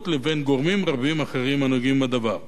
לבין גורמים רבים אחרים הנוגעים בדבר.